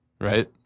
right